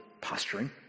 posturing